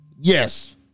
yes